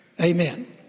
Amen